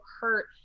hurt